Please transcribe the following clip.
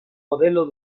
modelo